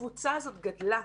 הקבוצה הזאת גדלה,